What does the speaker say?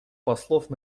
послов